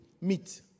meet